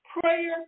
Prayer